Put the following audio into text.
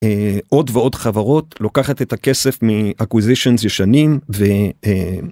עוד ועוד חברות לוקחת את הכסף מי אקוזיישן ישנים.